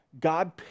God